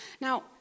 Now